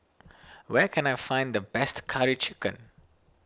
where can I find the best Curry Chicken